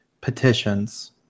petitions